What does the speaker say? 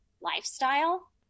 lifestyle